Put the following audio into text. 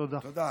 תודה.